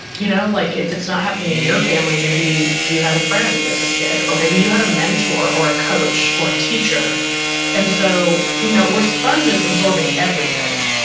you know like if it's not happening in your family, maybe you had a friend as a kid or maybe you had a mentor or a coach or a teacher and so, you know we're sponges absorbing everything.